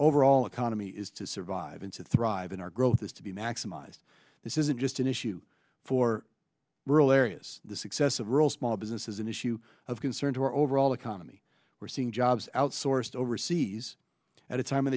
overall economy is to survive and thrive in our growth has to be maximized this isn't just an issue for rural areas the success of rural small business is an issue of concern to our overall economy we're seeing jobs outsourced overseas at a time